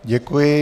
Děkuji.